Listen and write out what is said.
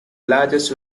largest